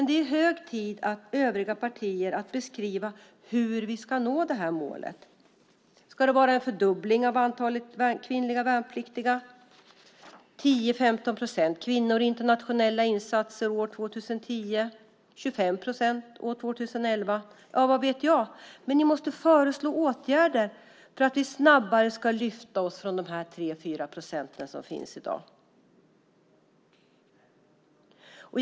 Det är hög tid för övriga partier att beskriva hur vi ska nå det här målet. Ska det vara en fördubbling av antalet kvinnliga värnpliktiga, 10-15 procent kvinnor i internationella insatser år 2010 eller 25 procent år 2011? Inte vet jag! Men ni måste föreslå åtgärder för att vi snabbare ska lyfta oss från de 3-4 procent som det handlar om i dag.